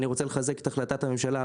אני רוצה לחזק את החלטת הממשלה.